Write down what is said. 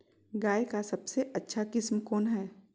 गाय का सबसे अच्छा किस्म कौन हैं?